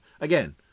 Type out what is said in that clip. Again